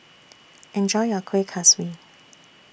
Enjoy your Kueh Kaswi